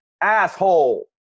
asshole